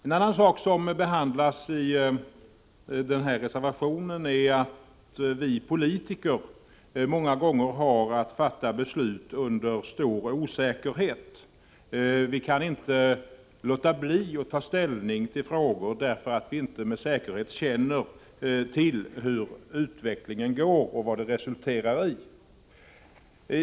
En annan sak som behandlas i den här reservationen är att vi politiker många gånger har att fatta beslut under stor osäkerhet. Vi kan inte låta bli att ta ställning till frågor därför att vi inte med säkerhet känner till hur utvecklingen går och vad den resulterar i.